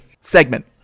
Segment